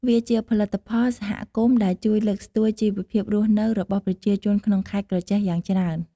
វាជាផលិតផលសហគមន៍ដែលជួយលើកស្ទួយជីវភាពរស់នៅរបស់ប្រជាជនក្នុងខេត្តក្រចេះយ៉ាងច្រើន។